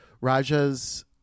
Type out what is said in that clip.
Raja's